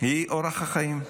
היא אורח החיים: